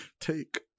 take